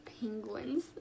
penguins